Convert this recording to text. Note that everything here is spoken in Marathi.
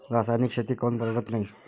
रासायनिक शेती काऊन परवडत नाई?